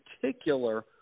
particular –